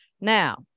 Now